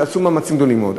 שעשו מאמצים גדולים מאוד.